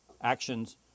actions